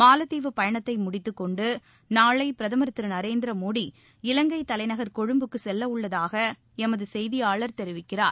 மாலத்தீவு பயணத்தை முடித்துக்கொண்டு நாளை பிரதமர் திரு நரேந்திரமோடி இலங்கை தலைநகர் கொழும்புக்கு செல்லவுள்ளதாக எமது செய்தியாளர் தெரிவிக்கிறார்